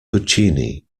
puccini